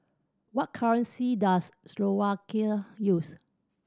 what currency does Slovakia use